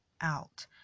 out